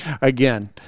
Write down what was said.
again